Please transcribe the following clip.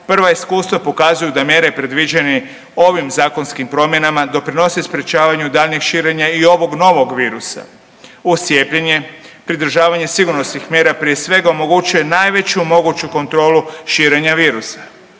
prva iskustava pokazuju da mjere predviđene ovim zakonskim promjenama doprinose sprječavanju daljnjeg širenja i ovog novog virusa. Uz cijepljenje, pridržavanje sigurnosnih mjera prije svega prije svega omogućuje najveću moguću kontrolu širenja virusa.